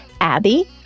Abby